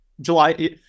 July